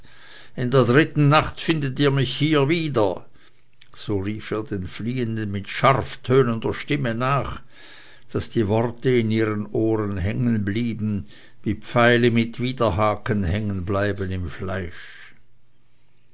in der dritten nacht findet ihr hier mich wieder so rief er den fliehenden mit scharf tönender stimme nach daß die worte in ihren ohren hängenblieben wie pfeile mit widerhaken hängenbleiben im fleische